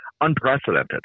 unprecedented